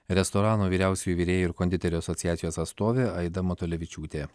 restorano vyriausiųjų virėjų ir konditerių asociacijos atstovė aida matulevičiūtė